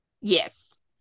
yes